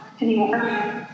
anymore